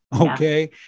okay